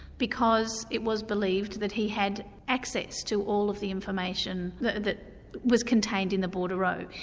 because it was believed that he had access to all of the information that that was contained in the bordereaux.